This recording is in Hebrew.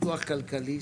פיתוח כלכלי,